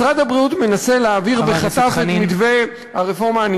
משרד הבריאות מנסה להעביר בחטף את מתווה הרפורמה חבר הכנסת חנין.